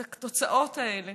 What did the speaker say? התוצאות האלה